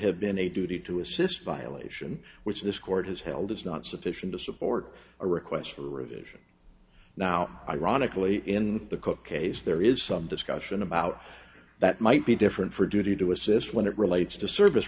been a duty to assist violation which this court has held is not sufficient to support a request for a revision now ironically in the cook case there is some discussion about that might be different for duty to assist when it relates to service